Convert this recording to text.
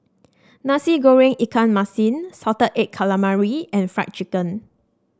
Nasi Goreng Ikan Masin Salted Egg Calamari and Fried Chicken